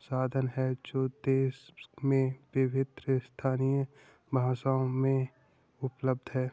साधन है जो देश में विभिन्न स्थानीय भाषाओं में उपलब्ध हैं